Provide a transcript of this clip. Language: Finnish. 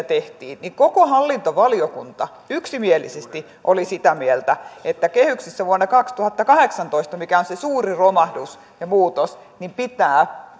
tehtiin niin koko hallintovaliokunta yksimielisesti oli sitä mieltä että kehyksissä vuonna kaksituhattakahdeksantoista jolloin on se suuri romahdus ja muutos pitää